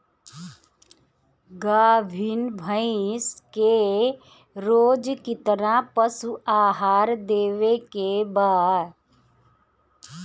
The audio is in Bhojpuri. गाभीन भैंस के रोज कितना पशु आहार देवे के बा?